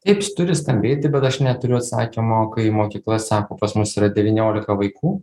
taip turi stambėti bet aš neturiu atsakymo kai mokykla sako pas mus yra devyniolika vaikų